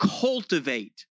cultivate